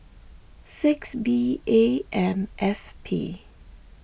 six B A M F P